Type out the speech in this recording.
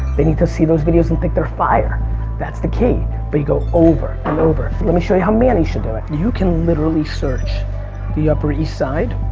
they need to see those videos and think they're fire that's they key. they go over and over. lemme show how manny should do it. you can literally search the upper east side.